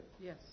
Yes